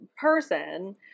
person